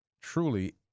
truly